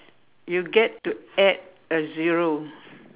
you get to add a zero